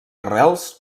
arrels